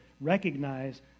recognize